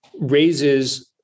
raises